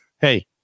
Hey